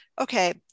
okay